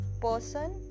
person